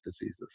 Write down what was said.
diseases